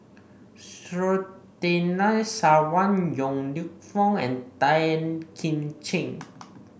Surtinai Sawan Yong Lew Foong and Tan Kim Ching